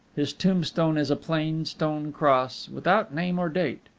his tombstone is a plain stone cross, without name or date.